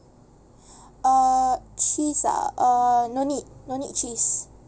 uh cheese ah uh no need no need cheese